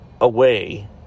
away